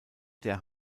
der